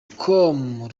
com